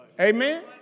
Amen